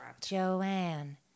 joanne